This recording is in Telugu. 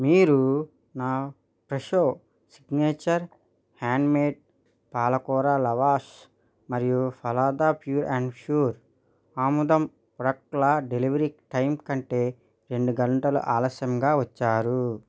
మీరు నా ఫ్రెషో సిగ్నేచర్ హ్యాండ్మేడ్ పాలకూర లవాష్ మరియు ఫలదా ప్యూర్ అండ్ ష్యూర్ ఆముదం ప్రాడక్టుల డెలివరీ టైం కంటే రెండు గంటలు ఆలస్యంగా వచ్చారు